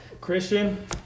Christian